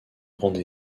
grande